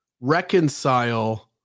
reconcile